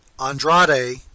Andrade